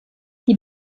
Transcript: die